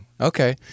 Okay